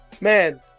Man